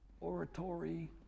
oratory